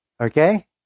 okay